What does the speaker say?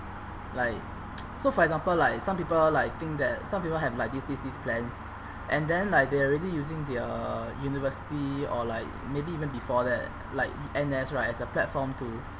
like so for example like some people like think that some people have like this this this plans and then like they're already using their university or like maybe even before that like N_S right as a platform to